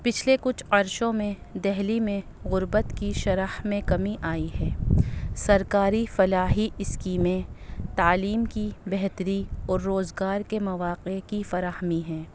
پچھلے کچھ عرصوں میں دہلی میں غربت کی شرح میں کمی آئی ہے سرکاری فلاحی اسکیمیں تعلیم کی بہتری اور روزگار کے مواقع کی فراہمی ہیں